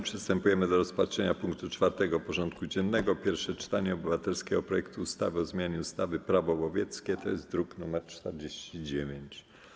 Przystępujemy do rozpatrzenia punktu 4. porządku dziennego: Pierwsze czytanie obywatelskiego projektu ustawy o zmianie ustawy - Prawo łowieckie (druk nr 49)